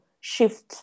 shift